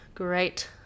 great